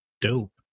dope